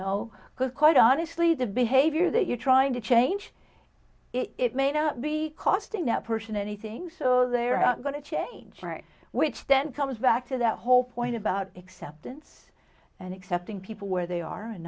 because quite honestly the behavior that you're trying to change it may not be costing that person anything so they're going to change which then comes back to that whole point about acceptance and accepting people where they are